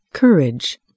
Courage